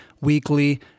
weekly